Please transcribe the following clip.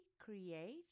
create